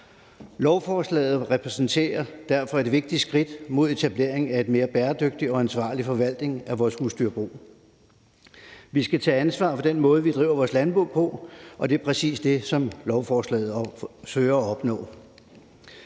Lovforslaget repræsenterer derfor et vigtigt skridt mod etablering af en mere bæredygtig og ansvarlig forvaltning af vores husdyrbrug. Vi skal tage ansvar for den måde, vi driver vores landbrug på, og det er præcis det, som lovforslaget søger at opnå.